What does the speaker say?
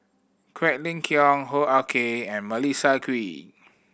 Quek Ling Kiong Hoo Ah Kay and Melissa Kwee